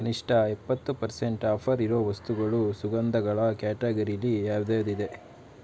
ಕನಿಷ್ಠ ಎಪ್ಪತ್ತು percent offer ಇರೋ ವಸ್ತುಗಳು ಸುಗಂಧಗಳ ಕ್ಯಾಟಗರಿಯಲ್ಲಿ ಯಾವ್ದ್ಯಾವ್ದು ಇದೆ